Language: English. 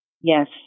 Yes